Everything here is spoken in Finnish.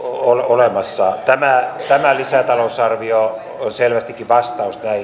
olemassa tämä tämä lisätalousarvio on selvästikin vastaus näihin